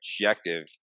objective